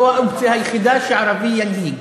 זו האופציה היחידה שערבי ינהיג.